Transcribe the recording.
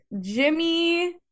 Jimmy